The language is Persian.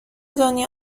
دنیا